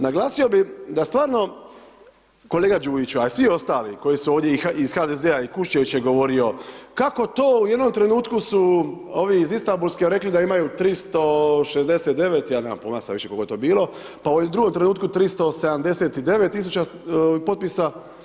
Naglasio bi da stvarno, kolega Đujiću a i svi ostali koji su ovdje iz HDZ-a i Kuščević je govorio kako to u jednom trenutku su ovi iz Istanbulske rekli da imaju 369, ja nemam pojma sad više koliko je to bilo pa u drugom trenutku 379 tisuća potpisa.